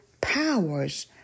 powers